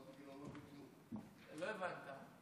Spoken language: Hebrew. לא הבנת.